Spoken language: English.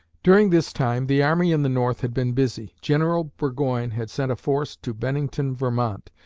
during this time, the army in the north had been busy. general burgoyne had sent a force to bennington, vermont,